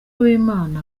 uwimana